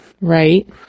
right